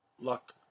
Luck